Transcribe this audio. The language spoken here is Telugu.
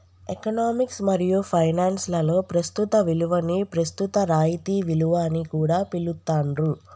ఎకనామిక్స్ మరియు ఫైనాన్స్ లలో ప్రస్తుత విలువని ప్రస్తుత రాయితీ విలువ అని కూడా పిలుత్తాండ్రు